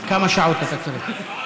כמה שעות אתה צריך?